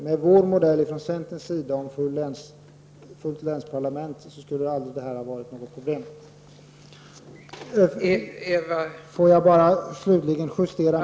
Med centerns modell med ett fullt länsparlament skulle det aldrig ha varit fråga om något problem.